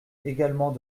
également